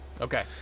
Okay